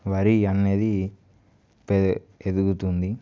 వరి అనేది పె ఎదుగుతుంది